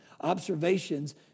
Observations